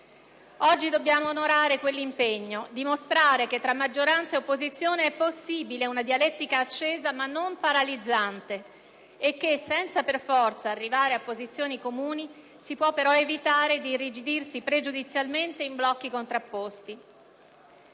Oggi dobbiamo onorare quell'impegno, dimostrare che tra maggioranza e opposizione è possibile una dialettica accesa ma non paralizzante e che, senza per forza arrivare a posizioni comuni, si può però evitare di irrigidirsi pregiudizialmente in blocchi contrapposti.